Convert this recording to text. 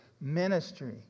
Ministry